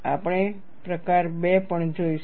આપણે પ્રકાર 2 પણ જોઈશું